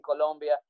Colombia